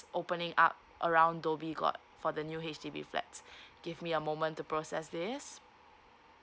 opening up around dhoby ghaut for the new H_D_B flat give me a moment to process this